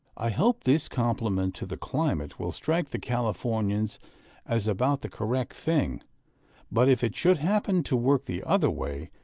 i hope this compliment to the climate will strike the californians as about the correct thing but, if it should happen to work the other way,